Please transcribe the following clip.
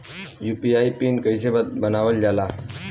UPI PIN कइसे बनावल जाला?